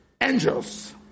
angels